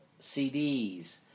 CDs